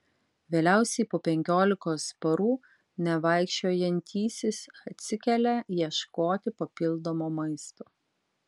vėliausiai po penkiolikos parų nevaikščiojantysis atsikelia ieškoti papildomo maisto